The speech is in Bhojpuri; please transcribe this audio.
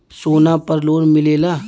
सोना पर लोन मिलेला?